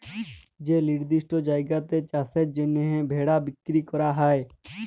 যে লিরদিষ্ট জায়গাতে চাষের জ্যনহে ভেড়া বিক্কিরি ক্যরা হ্যয়